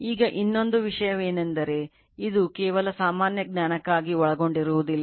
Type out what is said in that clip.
ಈಗ ಇನ್ನೊಂದು ವಿಷಯವೆಂದರೆ ಇದು ಕೇವಲ ಸಾಮಾನ್ಯ ಜ್ಞಾನಕ್ಕಾಗಿ ಒಳಗೊಂಡಿರುವುದಿಲ್ಲ